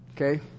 Okay